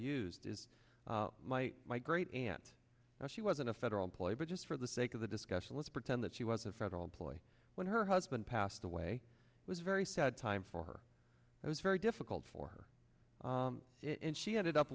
used is my my great aunt and she was in a federal employee but just for the sake of the discussion let's pretend that she was a federal employee when her husband passed away was very sad time for her it was very difficult for it and she ended up